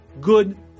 good